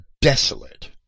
desolate